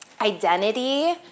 identity